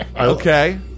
Okay